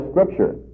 Scripture